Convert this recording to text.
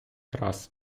раз